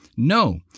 No